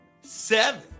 seven